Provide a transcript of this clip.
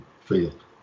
field